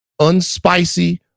unspicy